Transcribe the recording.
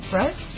right